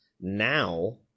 now